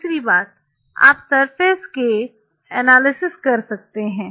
दूसरी बात आप सरफेस का एनालिसिस कर सकते हैं